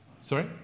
Sorry